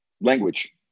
language